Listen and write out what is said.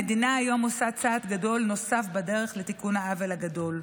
המדינה היום עושה צעד גדול נוסף בדרך לתיקון העוול הגדול.